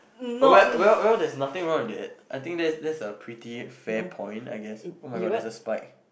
well well well there's nothing wrong with that I think that that's a pretty fair point I guess oh-my-god there's a spike